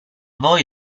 voi